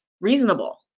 reasonable